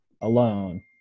alone